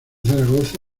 zaragoza